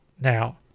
now